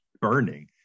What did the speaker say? burning